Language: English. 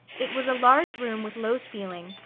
it was a large room with low ceiling,